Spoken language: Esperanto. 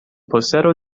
posedo